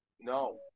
no